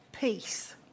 peace